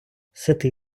ситий